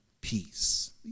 peace